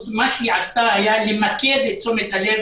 מה שהיא עשתה הוא למקד את תשומת הלב